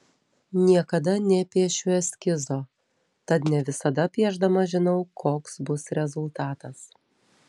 niekada nepiešiu eskizo tad ne visada piešdama žinau koks bus rezultatas